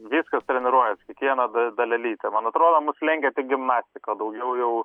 viskas treniruojas kiekviena da dalelytė man atrodo mus lenkia tik gimnastika daugiau jau